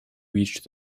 reach